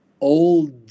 old